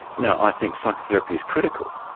now, i think psychotherapy is critical,